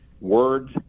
Words